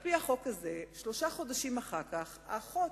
על-פי החוק הזה, שלושה חודשים אחר כך, האחות,